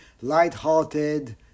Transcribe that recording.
lighthearted